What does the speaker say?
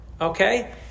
Okay